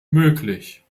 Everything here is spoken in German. möglich